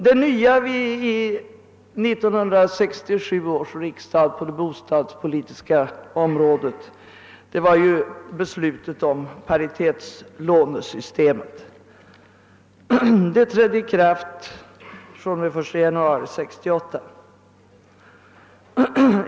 Det nya i de beslut vi vid 1967 års riksdag fattade på det bostadspolitiska området var ju införandet av paritetslånesystemet, som trädde i kraft den 1 januari 1968.